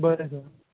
बरें सर